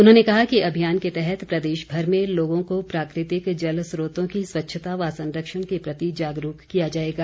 उन्होंने कहा कि अभियान के तहत प्रदेशभर में लोगों को प्राकृतिक जल स्रोतों की स्वच्छता व संरक्षण के प्रति जागरूक किया जाएगा